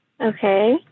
Okay